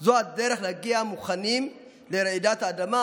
זו הדרך להגיע מוכנים לרעידת האדמה,